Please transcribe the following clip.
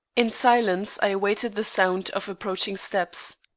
in silence i awaited the sound of approaching steps.